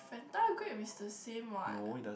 fanta grape is the same what